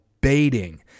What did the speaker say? baiting